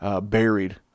buried